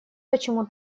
почему